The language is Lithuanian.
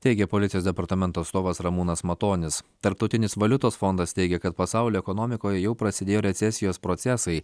teigė policijos departamento atstovas ramūnas matonis tarptautinis valiutos fondas teigia kad pasaulio ekonomikoje jau prasidėjo recesijos procesai